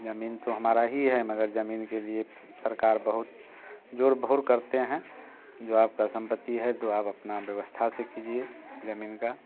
ज़मीन तो हमारी ही है मगर ज़मीन के लिए सरकार बहुत ज़ोर भोड़ करते हैं जो आपकी संपत्ति है तो आप अपनी व्यवस्था से कीजिए ज़मीन की